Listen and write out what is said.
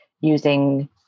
using